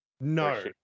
No